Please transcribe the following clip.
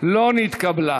לא נתקבלה.